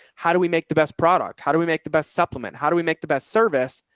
how do we make the best product? how do we make the best supplement? how do we make the best service?